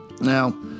Now